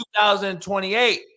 2028